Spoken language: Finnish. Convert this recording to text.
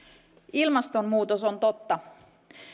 ilmastonmuutos on totta